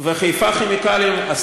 את אלה,